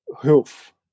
hoof